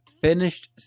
finished